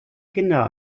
kinder